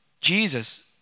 Jesus